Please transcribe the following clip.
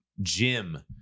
Jim